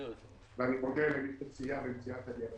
--- ואני מודה למי שסייע במציאת הדרך